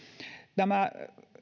tämä